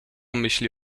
myśli